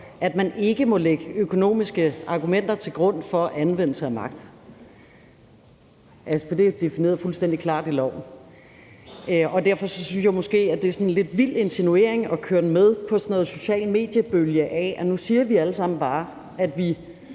at man ikke må lægge økonomiske argumenter til grund for anvendelse af magt; det er defineret fuldstændig klart i loven. Derfor synes jeg måske, at det er sådan en lidt vild insinuering at køre med på sådan noget socialt mediebølge om, at nu siger vi alle sammen bare, at